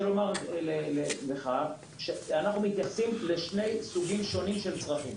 אנחנו מתייחסים לשני סוגים שונים של צרכים.